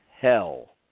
hell